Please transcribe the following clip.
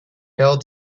held